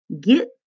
get